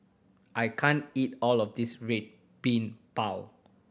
I can't eat all of this Red Bean Bao